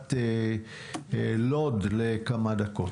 עיריית לוד כמה דקות.